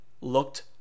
looked